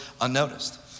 unnoticed